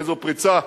איזו פריצה,